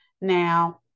Now